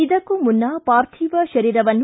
ಇದಕ್ಕೂ ಮುನ್ನ ಪಾರ್ಥಿವ ಶರೀರವನ್ನು